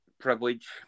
privilege